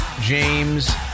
James